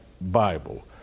Bible